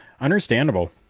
Understandable